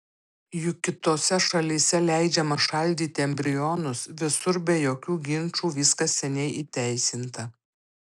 juk kitose šalyse leidžiama šaldyti embrionus visur be jokių ginčų viskas seniai įteisinta